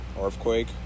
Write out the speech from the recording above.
earthquake